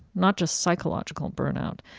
not just psychological burnout,